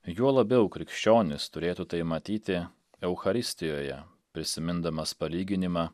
juo labiau krikščionys turėtų tai matyti eucharistijoje prisimindamas palyginimą